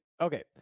Okay